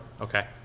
Okay